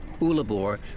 Ulabor